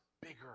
bigger